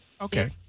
Okay